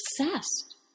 obsessed